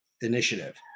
initiative